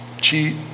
cheat